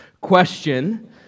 question